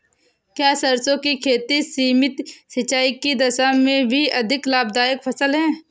क्या सरसों की खेती सीमित सिंचाई की दशा में भी अधिक लाभदायक फसल है?